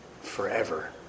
forever